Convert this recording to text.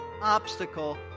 obstacle